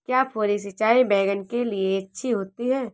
क्या फुहारी सिंचाई बैगन के लिए अच्छी होती है?